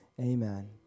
Amen